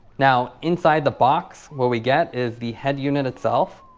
now inside the box what we get is the head unit itself,